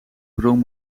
bron